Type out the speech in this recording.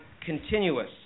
continuous